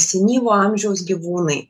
senyvo amžiaus gyvūnai